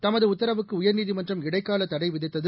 தமதுடத்தரவுக்குடயர்நீதிமன்றம் இடைக்காலதடைவிதித்தகு